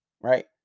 Right